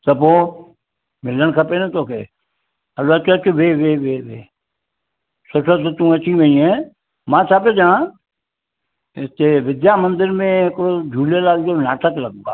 त पोइ मिलणु खपे न तोखे हल अचु अचु वेहि वेहि वेहि वेहि सुठो थियो तूं अची वईंअ मां छा पियो चंवा हिते विद्या मंदर में हिकिड़ो झूलेलाल जो नाटकु लॻो आहे